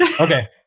Okay